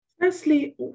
Firstly